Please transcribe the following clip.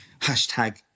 hashtag